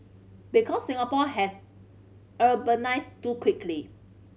because Singapore has urbanised too quickly